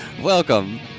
Welcome